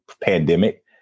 pandemic